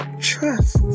trust